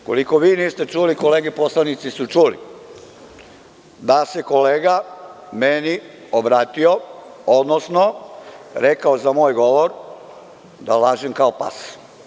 Ukoliko vi niste čuli, kolege poslanici su čuli da se kolega meni obratio, odnosno rekao za moj govor da lažem kao pas.